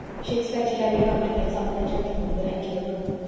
she expected every moment that some of the gentlemen would enter the room.